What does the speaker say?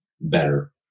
better